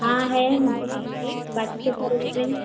हाँ है बाटी चौखा रेस्टोरेंट